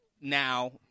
now